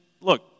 look